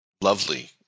lovely